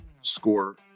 score